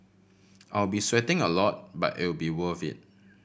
I'll be sweating a lot but it'll be worth it